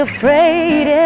Afraid